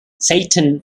satan